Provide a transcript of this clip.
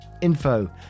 Info